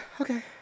okay